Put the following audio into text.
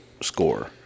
score